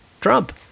Trump